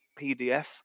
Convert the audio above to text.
PDF